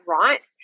right